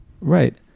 right